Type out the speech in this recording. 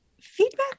feedback